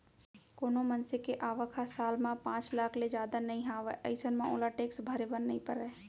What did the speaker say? कोनो मनसे के आवक ह साल म पांच लाख ले जादा नइ हावय अइसन म ओला टेक्स भरे बर नइ परय